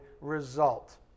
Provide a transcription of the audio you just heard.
result